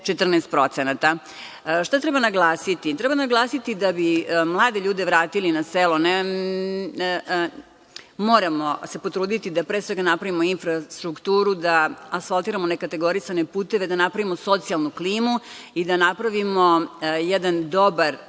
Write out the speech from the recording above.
14%.Šta treba naglasiti? Treba naglasiti da bi mlade ljude vratili na selo moramo se potruditi da pre svega napravimo infrastrukturu, da asfaltiramo nekategorisane puteve, da napravimo socijalnu klimu i da napravimo jedan dobar